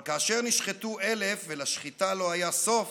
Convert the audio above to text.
אבל / כאשר נשחטו אלף ולשחיטה לא היה סוף,